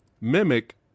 mimic